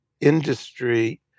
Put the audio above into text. industry